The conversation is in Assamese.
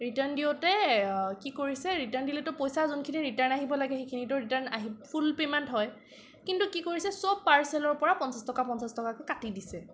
ৰিটাৰ্ণ দিওঁতে কি কৰিছে ৰিটাৰ্ণ দিলেতো পইছা যোনখিনি ৰিটাৰ্ণ আহিব লাগে সেইখিনিতো ৰিটাৰ্ণ ফুল পেমেণ্ট হয় কিন্তু কি কৰিছে চব পাৰ্চেলৰ পৰা পঞ্চাছ টকা পঞ্চাছ টকাকৈ কাটি দিছে